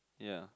ya